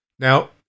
Now